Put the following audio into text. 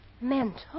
Mental